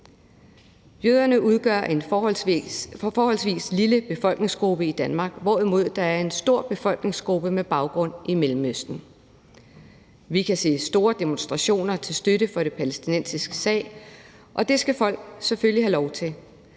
Jøderne udgør en forholdsvis lille befolkningsgruppe i Danmark, hvorimod her er en stor befolkningsgruppe med baggrund i Mellemøsten. Vi kan se store demonstrationer til støtte for den palæstinensiske sag, og det skal folk selvfølgelig have lov til,